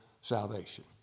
salvation